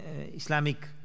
Islamic